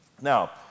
Now